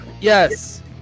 Yes